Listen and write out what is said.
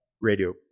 radio